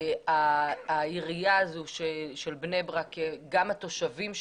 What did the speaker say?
העירייה הזו של בני ברק, גם התושבים שם,